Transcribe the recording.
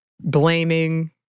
blaming